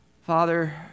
Father